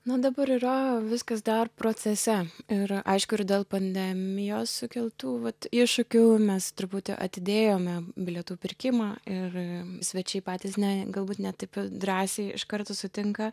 nu dabar yra viskas dar procese ir aišku ir dėl pandemijos sukeltų vat iššūkių mes truputį atidėjome bilietų pirkimą ir svečiai patys ne galbūt ne taip drąsiai iš karto sutinka